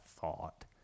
thought